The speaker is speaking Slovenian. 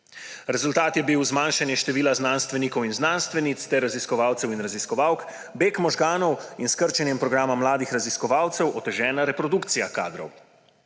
Rezultat je bil zmanjšanje števila znanstvenic in znanstvenikov ter raziskovalk in raziskovalcev, beg možganov in s krčenjem programa mladih raziskovalcev otežena reprodukcija kadrov.